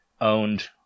owned